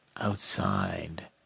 outside